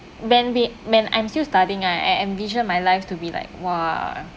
when me when I'm still studying right I envisioned my life to be like !wah!